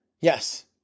Yes